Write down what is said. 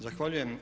Zahvaljujem.